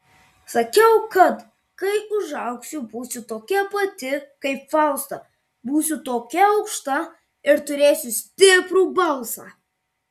sakiau kad kai užaugsiu būsiu tokia pati kaip fausta būsiu tokia aukšta ir turėsiu stiprų balsą